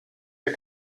ihr